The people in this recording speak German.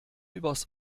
übers